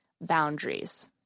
boundaries